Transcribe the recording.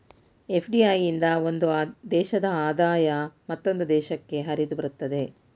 FDI ಇಂದ ಒಂದು ದೇಶದ ಆದಾಯ ಮತ್ತೊಂದು ದೇಶಕ್ಕೆ ಹರಿದುಬರುತ್ತದೆ